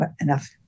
enough